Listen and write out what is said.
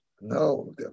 No